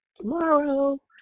Tomorrow